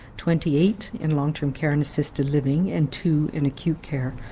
twenty eight in long-term care and assisted living and to in acute care.